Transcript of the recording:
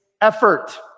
effort